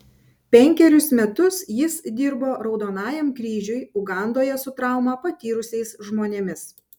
penkerius metus jis dirbo raudonajam kryžiui ugandoje su traumą patyrusiais žmonėmis